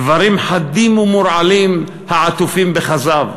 דברים חדים ומורעלים העטופים בכזב.